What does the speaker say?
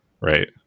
right